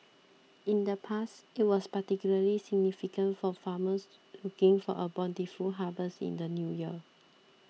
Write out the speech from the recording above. in the past it was particularly significant for farmers looking for a bountiful harvest in the New Year